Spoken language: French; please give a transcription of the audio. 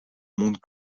monde